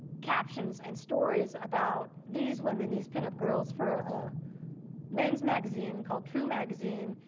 captions and stories about these women, these pinup girls, for a men's magazine called true magazine.